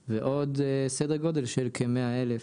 רגע, שנייה, אם זה לא אפשרי לאן אנחנו הולכים?